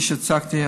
כפי שהצגתי,